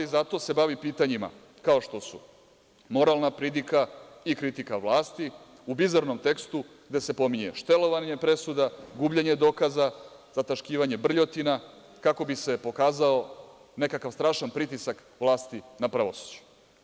Zato se bavi pitanjima kao što su moralna pridika i kritika vlasti u bizarnom tekstu, gde se pominje štelovanje presuda, gubljenje dokaza, zataškavanje brljotina, kako bi se pokazao nekakav strašan pritisak vlasti na pravosuđu.